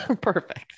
Perfect